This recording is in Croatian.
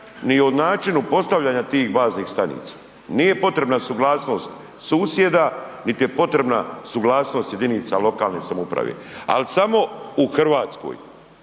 ni o načinu postavljanja tih baznih stanica, nije potrebna suglasnost susjeda, nit je potrebna suglasnost jedinica lokalne samouprave, al samo u Hrvatskoj.